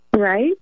right